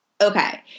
Okay